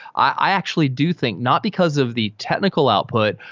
i actually do think not because of the technical output,